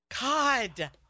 God